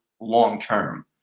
long-term